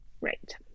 Right